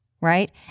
right